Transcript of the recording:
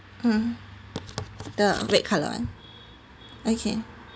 mm the red color one okay